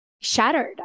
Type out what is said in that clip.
shattered